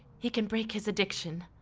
he can break his addiction.